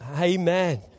Amen